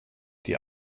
die